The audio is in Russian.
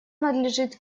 надлежит